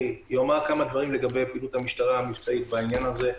אומר כמה דברים לגבי הפעילות המבצעית של המשטרה בעניין הזה.